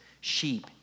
sheep